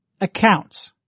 accounts